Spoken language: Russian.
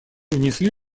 внесли